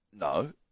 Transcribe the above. No